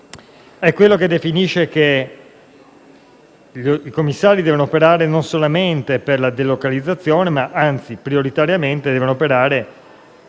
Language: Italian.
emendamento definisce che i commissari devono operare non solamente per la delocalizzazione ma anzi, prioritariamente, per